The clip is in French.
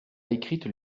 écrite